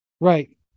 Right